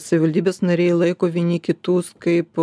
savivaldybės nariai laiko vieni kitus kaip